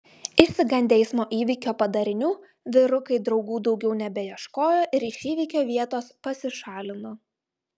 išsigandę eismo įvykio padarinių vyrukai draugų daugiau nebeieškojo ir iš įvykio vietos pasišalino